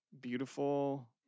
beautiful